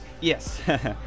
Yes